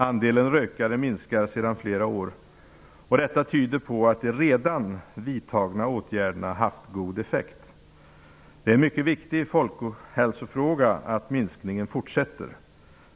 Andelen rökare minskar sedan flera år tillbaka, och detta tyder på att de redan vidtagna åtgärderna haft god effekt. Det är en mycket viktig folkhälsofråga att minskningen fortsätter.